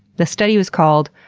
the study was called,